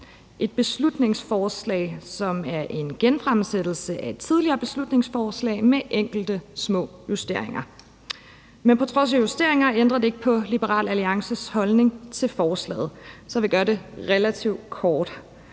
et beslutningsforslag, som er en genfremsættelse af et tidligere beslutningsforslag med enkelte små justeringer. Men på trods af justeringerne ændrer det ikke på Liberal Alliances holdning til forslaget, så jeg vil gøre det relativt kort.